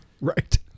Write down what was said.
Right